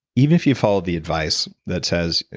even if you follow the advice that says,